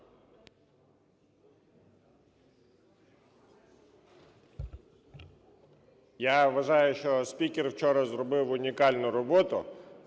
Я вважаю, що спікер вчора зробив унікальну роботу.